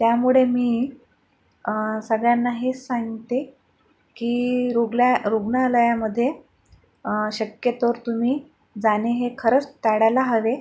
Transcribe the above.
त्यामुळे मी सगळ्यांना हेच सांगते की रुग्ला रुग्णालयामध्ये शक्यतोवर तुम्ही जाणे हे खरंच टाळायला हवे